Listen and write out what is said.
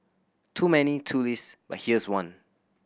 too many too list but here's one